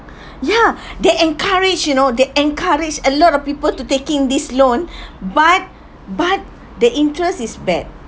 ya they encourage you know they encourage a lot of people to taking this loan but but the interest is bad